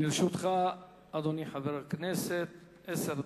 לרשותך, אדוני חבר הכנסת, עשר דקות.